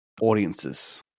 audiences